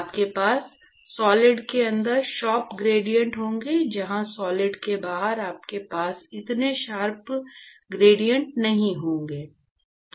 आपके पास सॉलिड के अंदर शार्प ग्रेडिएंट होंगे जबकि सॉलिड के बाहर आपके पास इतने शार्प ग्रेडिएंट नहीं होंगे